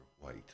White